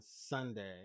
Sunday